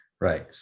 right